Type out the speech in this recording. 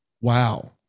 Wow